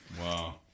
Wow